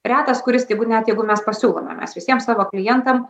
retas kuris tai jeigu net jeigu mes pasiūlome mes visiems savo klientam